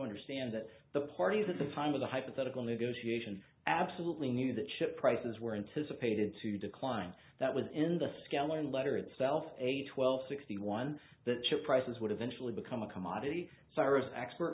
understand that the parties at the time of the hypothetical edition absolutely knew that ship prices were anticipating to decline that was in the scale and letter itself a twelve sixty one that chip prices would eventually become a commodity cyrus expert